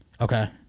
Okay